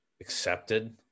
accepted